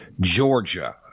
Georgia